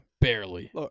barely